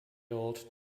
old